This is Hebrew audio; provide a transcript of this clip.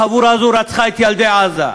החבורה הזאת רצחה את ילדי עזה.